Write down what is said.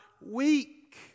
weak